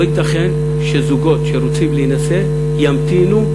לא ייתכן שזוגות שרוצים להינשא ימתינו,